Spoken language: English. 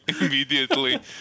immediately